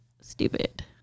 stupid